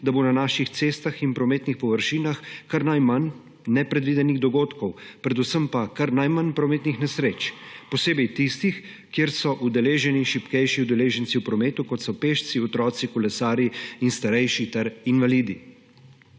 da bo na naših cestah in prometnih površinah kar najmanj nepredvidenih dogodkov, predvsem pa kar najmanj prometnih nesreč, posebej tistih, kjer so udeleženi šibkejši udeleženci v prometu, kot so pešci, otroci, kolesarji in starejši ter invalidi.